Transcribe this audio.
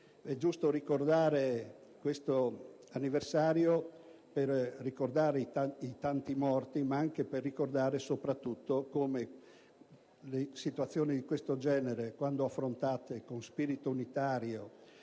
È giusto ricordare questo anniversario, per ricordare i tanti morti, ma anche e soprattutto per ricordare come situazioni di questo genere, se affrontate con spirito unitario